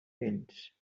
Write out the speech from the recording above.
vells